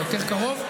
יותר קרוב?